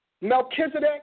Melchizedek